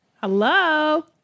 Hello